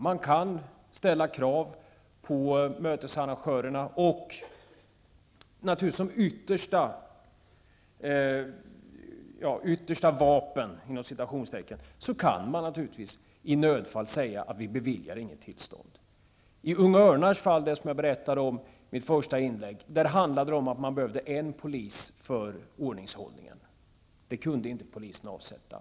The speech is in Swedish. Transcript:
Man kan ställa krav på arrangörerna, och som yttersta ''vapen'' kan man naturligtvis i nödfall säga att det beviljas inget tillstånd. I Unga örnars fall, som jag berättade om i mitt första inlägg, handlade det om att det behövdes en polisman för ordningshållningen. Det kunde inte polisen avsätta.